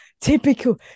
typical